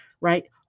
right